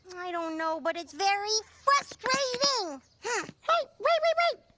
i don't know, but it's very frustrating! yeah hey, wait, wait, wait!